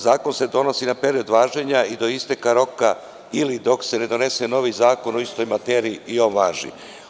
Zakon se donosi na period važenja i do isteka roka ili dok se ne donese novi zakon o istom materiji i on važi.